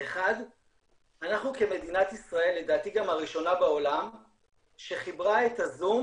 1. אנחנו כמדינת ישראל לדעתי גם הראשונה בעולם שחיברה את הזום